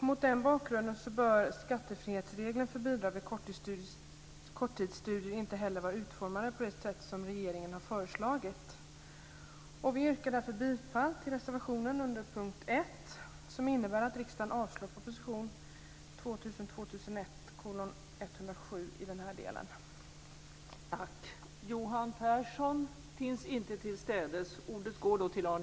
Mot den bakgrunden bör skattefrihetsregeln för bidrag vid korttidsstudier inte heller vara utformad på det sätt som regeringen har föreslagit. Vi yrkar därför bifall till reservationen under punkt 1 som innebär att riksdagen avslår proposition